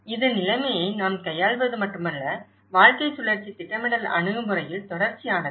இது நிலைமையை நாம் கையாள்வது மட்டுமல்ல வாழ்க்கைச் சுழற்சி திட்டமிடல் அணுகுமுறையில் தொடர்ச்சியானது